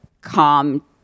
calm